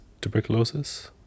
tuberculosis